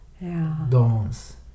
dawns